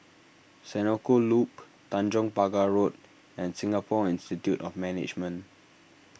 Senoko Loop Tanjong Pagar Road and Singapore Institute of Management